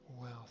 wealth